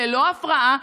ללא הפרעה.